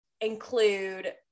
include